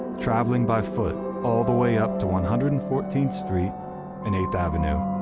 traveling by foot all the way up to one hundred and fourteenth street and eighth avenue,